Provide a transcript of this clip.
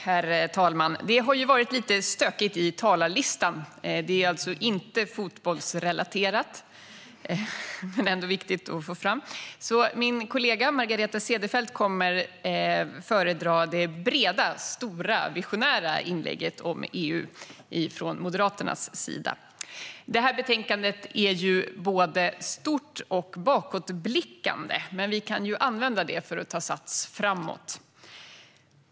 Herr talman! Det har varit lite stökigt i talarlistan. Det är alltså inte fotbollsrelaterat - det är viktigt att få fram det. Min kollega Margareta Cederfelt kommer att föredra det breda och stora visionära inlägget om EU från Moderaternas sida. Detta betänkande är både stort och bakåtblickande, men vi kan använda det för att ta sats framåt.